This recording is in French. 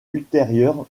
ultérieure